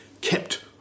kept